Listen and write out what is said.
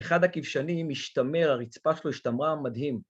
‫אחד הכבשנים השתמר, ‫הרצפה שלו השתמרה מדהים.